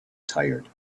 tired